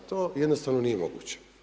To jednostavno nije moguće.